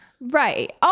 right